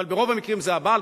אבל ברוב המקרים זה הבעל,